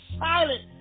silent